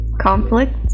conflict